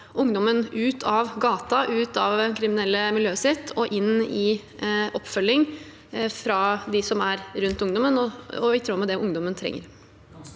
ungdommen ut av gaten, ut av det kriminelle miljøet og inn i oppfølging fra dem som er rundt ungdommen, i tråd med det ungdommen trenger.